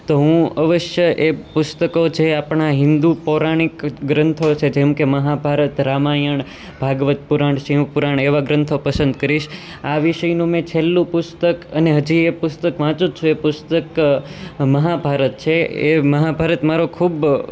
તો હું અવશ્ય એ પુસ્તકો છે આપણે હિન્દુ પૌરાણિક ગ્રંથો છે જેમ કે મહાભારત રામાયણ ભાગવતપુરાણ શિવપુરાણ એવા ગ્રંથો પસંદ કરીશ આ વિષયનું મેં છેલ્લું પુસ્તક અને હજી એ પુસ્તક વાંચુ જ છું એ પુસ્તક મહાભારત છે એ મહાભારત મારો ખૂબ